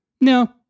No